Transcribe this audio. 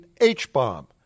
H-bomb